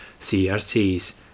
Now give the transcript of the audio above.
CRCs